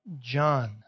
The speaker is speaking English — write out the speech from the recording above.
John